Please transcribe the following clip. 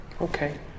Okay